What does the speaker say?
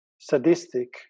sadistic